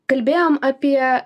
kalbėjom apie